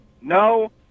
no